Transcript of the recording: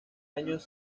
años